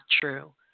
true